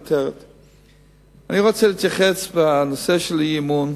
אני רוצה להתייחס לנושא האי-אמון